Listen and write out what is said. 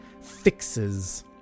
fixes